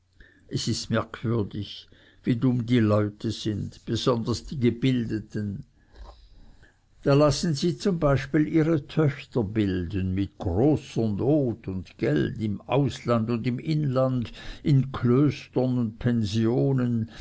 es ist merkwürdig wie dumm die leute sind besonders die gebildeten da lassen sie zum beispiel ihre töchter bilden mit großer not und geld im ausland und im inland in klöstern und pensionen